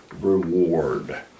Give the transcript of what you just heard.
reward